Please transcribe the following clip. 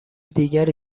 دیگری